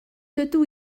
dydw